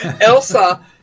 Elsa